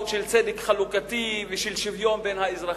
של צדק חלוקתי ושל שוויון בין אזרחים,